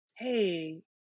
Hey